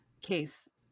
case